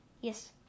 Yes